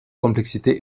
complexité